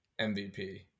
MVP